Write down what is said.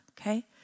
okay